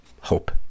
hope